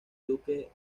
duque